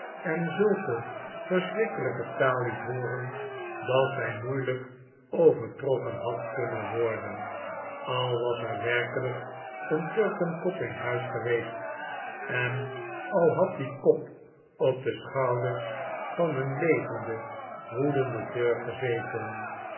en zulke verschrikkelijke taal liet hooren dat zij moeilijk overtroffen had kunnen worden al was er werkelijk een turkenkop in huis geweest en al had die kop op de schouders van een levenden woedenden turk gezeten